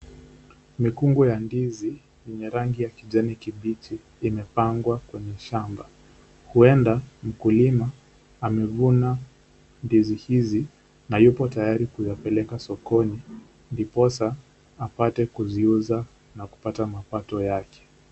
Mikungu ya ndizi yenye rangi ya kijani kibichi imepangwa kwenye shamba. Huenda mkulima amevuna ndizi hizi na yupo tayari kuyapeleka sokoni ndiposa apate kuziuza na kupata mapato yake.